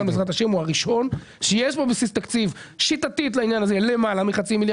משטרת ישראל מקבלת עכשיו תוספת תקציבית שלא הייתה